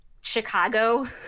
chicago